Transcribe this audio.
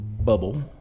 bubble